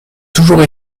toujours